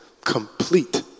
Complete